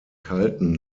kalten